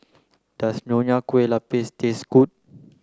does Nonya Kueh Lapis taste good